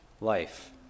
life